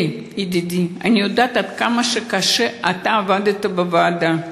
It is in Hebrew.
אלי ידידי, אני יודעת עד כמה קשה אתה עבדת בוועדה,